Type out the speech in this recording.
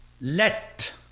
let